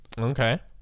Okay